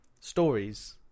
stories